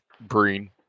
Breen